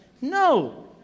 No